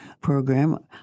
program